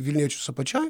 vilniečius apačioj